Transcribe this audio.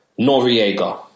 Noriega